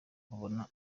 babona